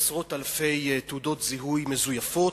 עשרות אלפי תעודות זיהוי מזויפות,